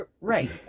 Right